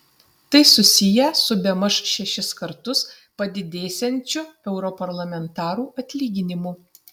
tai susiję su bemaž šešis kartus padidėsiančiu europarlamentarų atlyginimu